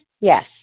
Yes